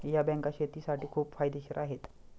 या बँका शेतीसाठी खूप फायदेशीर आहेत